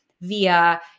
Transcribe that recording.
via